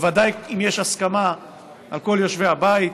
בוודאי אם יש הסכמה של כל יושבי הבית.